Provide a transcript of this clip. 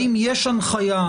האם יש הנחיה,